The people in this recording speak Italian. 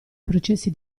processi